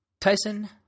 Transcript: Tyson